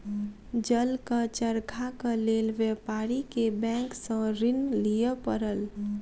जलक चरखाक लेल व्यापारी के बैंक सॅ ऋण लिअ पड़ल